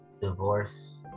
divorce